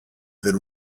then